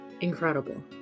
incredible